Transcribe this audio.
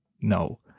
no